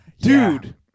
Dude